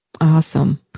Awesome